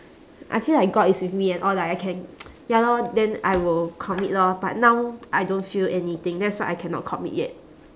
I feel like god is with me and all like I can ya lor then I will commit lor but now I don't feel anything that's why I cannot commit yet